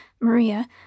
Maria